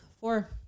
four